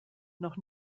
noch